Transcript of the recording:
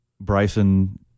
Bryson